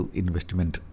investment